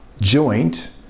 joint